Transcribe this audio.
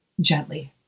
gently